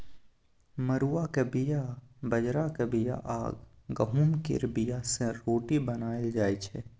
मरुआक बीया, बजराक बीया आ गहुँम केर बीया सँ रोटी बनाएल जाइ छै